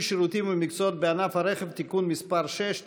שירותים ומקצועות בענף הרכב (תיקון מס' 6),